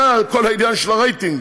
זה כל העניין של הרייטינג,